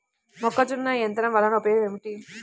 మొక్కజొన్న యంత్రం వలన ఉపయోగము ఏంటి?